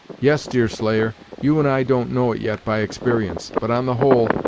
yes, deerslayer, you and i don't know it yet by experience but, on the whole,